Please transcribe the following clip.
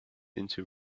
into